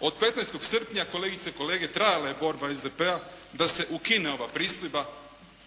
Od 15. srpnja kolegice i kolege trajala je borba SDP-a da se ukine ova pristojba.